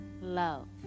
love